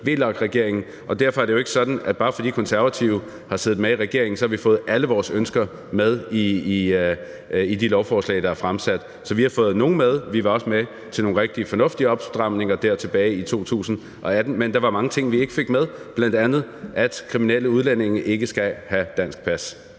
i VLAK-regeringen, og derfor er det jo ikke sådan, at bare fordi Konservative har siddet med i regering, har vi fået alle vores ønsker med i de lovforslag, der er fremsat. Vi har fået nogle med, og vi var også med til nogle rigtig fornuftige opstramninger tilbage i 2018, men der var mange ting, vi ikke fik med, bl.a. at kriminelle udlændinge ikke skal have dansk pas.